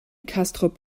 castrop